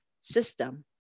system